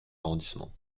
arrondissement